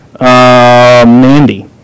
Mandy